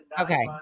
Okay